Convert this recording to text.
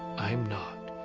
i'm not.